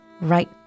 right